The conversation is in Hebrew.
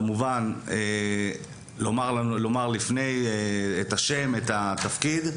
כמובן לומר לפני את השם, את התפקיד,